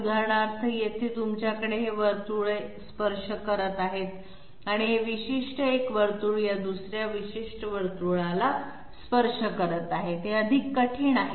उदाहरणार्थ येथे तुमच्याकडे हे वर्तुळ स्पर्श करत आहे आणि हे विशिष्ट एक वर्तुळ या दुसऱ्या विशिष्ट वर्तुळाला स्पर्श करत आहे ते अधिक कठीण आहे